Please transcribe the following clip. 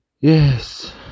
Yes